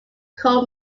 coal